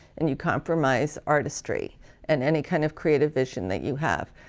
and you compromise artistry and any kind of creative vision that you have.